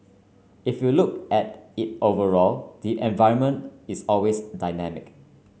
if you look at it overall the environment is always dynamic